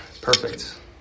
Perfect